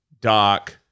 doc